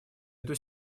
эту